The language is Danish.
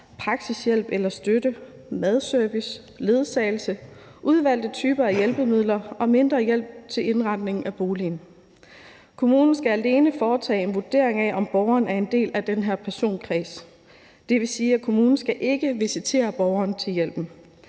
praktisk hjælp eller støtte, madservice, ledsagelse, udvalgte typer af hjælpemidler og mindre hjælp til indretning af boligen. Kommunen skal alene foretage en vurdering af, om borgeren er en del af den her personkreds, og det vil sige, at kommunen ikke skal visitere borgeren til hjælpen.